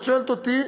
את שואלת אותי,